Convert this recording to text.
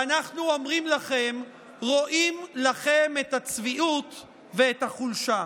ואנחנו אומרים לכם: רואים לכם את הצביעות ואת החולשה.